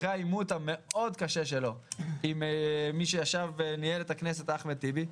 אחרי העימות המאוד קשה שלו עם מי שישב וניהל את הכנסת אחמד טיבי,